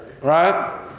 right